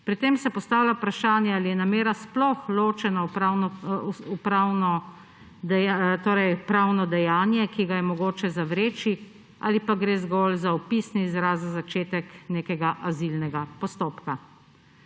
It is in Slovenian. Pri tem se postavlja vprašanje, ali je namera sploh ločeno pravno dejanje, ki ga je mogoče zavreči, ali pa gre zgolj za opisni izraz za začetek neke azilnega postopka.